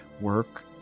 work